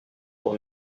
pour